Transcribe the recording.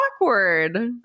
awkward